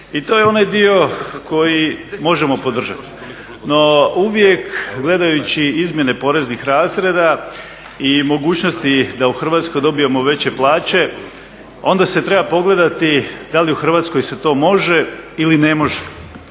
i to je onaj dio koji možemo podržati. No, uvijek gledajući izmjene poreznih razreda i mogućnosti da u Hrvatskoj dobijemo veće plaće, onda se treba pogledati da li u Hrvatskoj se to može ili ne može.